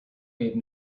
gave